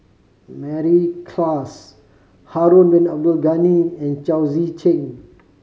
Mary Klass Harun Bin Abdul Ghani and Chao Tzee Cheng